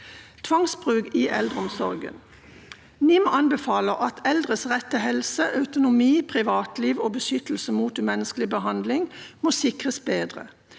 tvangsbruk i eldreomsorgen, anbefaler NIM at eldres rett til helse, autonomi, privatliv og beskyttelse mot umenneskelig behandling må sikres bedre.